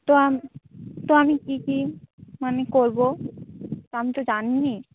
তো আমি তো আমি কি কি মানে করবো আমি তো জানিনি